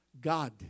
God